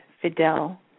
Fidel